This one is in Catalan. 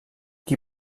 qui